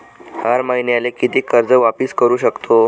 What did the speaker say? हर मईन्याले कितीक कर्ज वापिस करू सकतो?